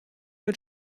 mit